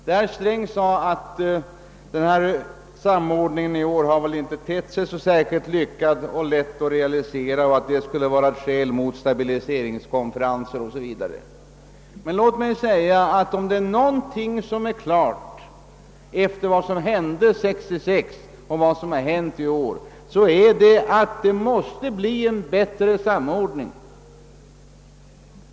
Herr Sträng sade att samordningen i år inte hade tett sig så lätt att realisera och att detta skulle vara ett skäl mot stabiliseringskonferenser. Om någonting står klart efter vad som hände 1966 och vad som har hänt i år är det emellertid att det behövs en bättre samordning.